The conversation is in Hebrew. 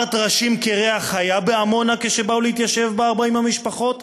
הר טרשים קירח היה בעמונה כשבאו להתיישב בה 40 המשפחות,